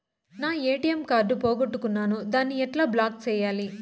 నా ATM card పోగొట్టుకున్నాను, దాన్ని ఎట్లా బ్లాక్ సేయాలి?